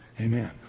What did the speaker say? Amen